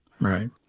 Right